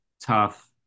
tough